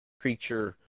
Creature